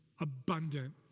abundant